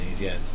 Yes